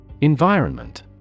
environment